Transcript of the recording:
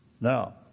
Now